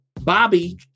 Bobby